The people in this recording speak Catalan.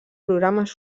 programes